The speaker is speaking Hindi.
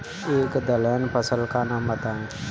एक दलहन फसल का नाम बताइये